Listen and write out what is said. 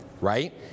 right